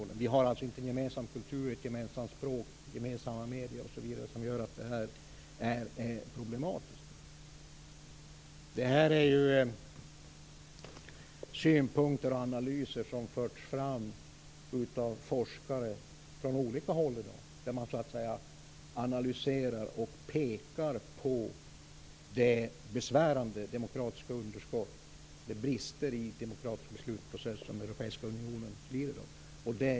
Det finns ingen gemensam kultur, inget gemensamt språk, inga gemensamma medier. Dessa synpunkter och analyser har förts fram av forskare på olika håll i världen. De pekar på det besvärande demokratiska underskottet och bristerna i den demokratiska beslutsprocessen som Europeiska unionen lider av.